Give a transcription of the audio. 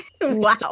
Wow